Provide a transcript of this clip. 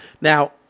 Now